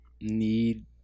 need